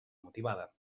motivada